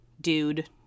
dude